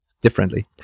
differently